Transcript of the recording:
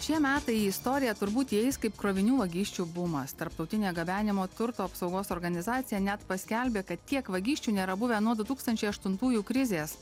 šie metai į istoriją turbūt įeis kaip krovinių vagysčių bumas tarptautinė gabenimo turto apsaugos organizacija net paskelbė kad tiek vagysčių nėra buvę nuo du tūkstančiai aštuntųjų krizės